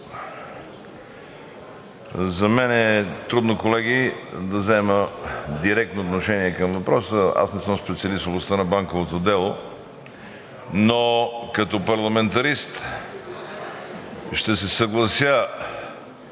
За мен е трудно, колеги, да взема директно отношение към въпроса. Аз не съм специалист в областта на банковото дело, но като парламентарист ще се съглася